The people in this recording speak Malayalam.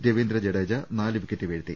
രവീന്ദ്ര ജഡേജ നാല് വിക്കറ്റ് വീഴ്ത്തി